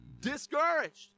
discouraged